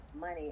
money